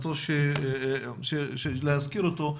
אז טוב להזכיר אותו,